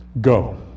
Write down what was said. go